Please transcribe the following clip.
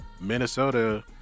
Minnesota